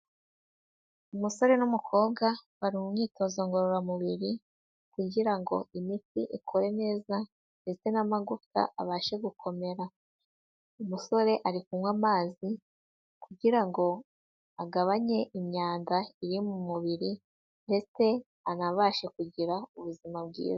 Umusore n'umukobwa bari mu myitozo ngororamubiri kugira ngo imiti ikore neza ndetse n'amagufwa abashe gukomera, umusore ari kunywa amazi kugira ngo agabanye imyanda iri mu mubiri ndetse anabashe kugira ubuzima bwiza.